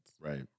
Right